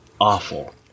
awful